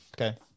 Okay